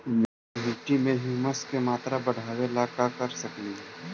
मिट्टी में ह्यूमस के मात्रा बढ़ावे ला का कर सकली हे?